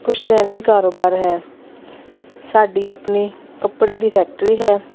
ਪੁਸ਼ਤੈਨੀ ਕਾਰੋਬਾਰ ਹੈ ਸਾਡੀ ਆਪਣੀ ਕੱਪੜੇ ਦੀ ਫੈਕਟਰੀ ਹੈ